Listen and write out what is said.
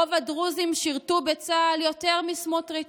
רוב הדרוזים שירתו בצה"ל יותר מסמוטריץ',